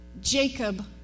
Jacob